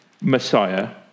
Messiah